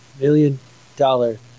Million-dollar